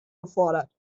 gefordert